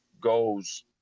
goes